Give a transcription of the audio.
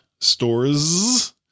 Stores